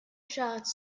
shots